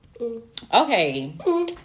Okay